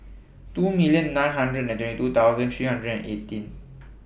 two million nine hundred two thousand three hundred eighteen